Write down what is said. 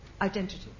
identity